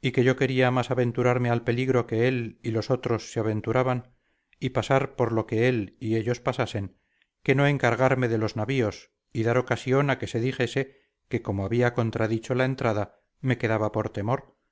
y que yo quería más aventurarme al peligro que él y los otros se aventuraban y pasar por lo que él y ellos pasasen que no encargarme de los navíos y dar ocasión a que se dijese que como había contradicho la entrada me quedaba por temor